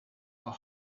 are